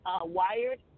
Wired